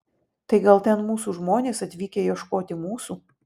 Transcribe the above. tai gal ten mūsų žmonės atvykę ieškoti mūsų